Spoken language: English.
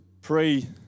pre